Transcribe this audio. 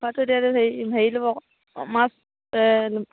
হেৰি হেৰি ল'ব আকৌ মাছ অঁ